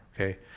okay